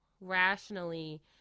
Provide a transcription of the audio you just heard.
rationally